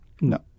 No